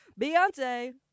Beyonce